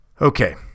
okay